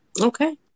Okay